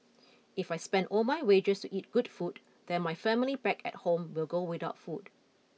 if I spend all my wages to eat good food then my family back at home will go without food